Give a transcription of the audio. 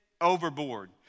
overboard